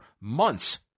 months